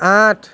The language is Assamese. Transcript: আঠ